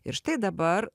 ir štai dabar